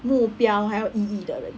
目标还有意义的人